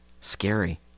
Scary